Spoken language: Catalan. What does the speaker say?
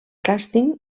càsting